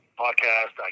podcast